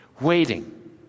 Waiting